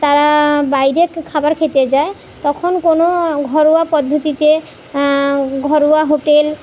তারা বাইরে খাবার খেতে যায় তখন কোনো ঘরোয়া পদ্ধতিতে ঘরোয়া হোটেল